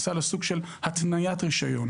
עשה לו סוג של התניית רישיון,